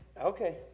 Okay